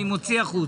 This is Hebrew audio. אני מוציא החוצה,